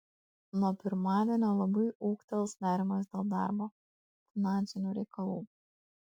nuo pirmadienio labai ūgtels nerimas dėl darbo finansinių reikalų